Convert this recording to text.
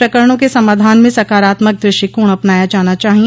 प्रकरणों के समाधान में सकारात्मक द्रष्टिकोण अपनाया जाना चाहिए